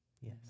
Yes